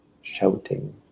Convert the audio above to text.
shouting